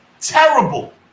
terrible